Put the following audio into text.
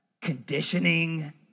conditioning